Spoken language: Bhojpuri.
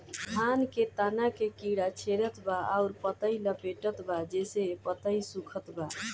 धान के तना के कीड़ा छेदत बा अउर पतई लपेटतबा जेसे पतई सूखत बा?